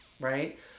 Right